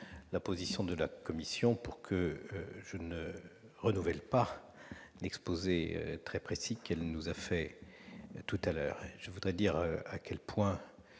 la position de la commission pour que je ne renouvelle pas l'exposé très précis qu'elle nous a présenté précédemment. Je veux dire à quel point